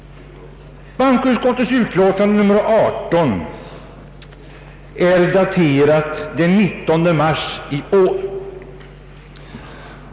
Bankoutskottets utlåtande nr 18 är daterat den 19 mars i år.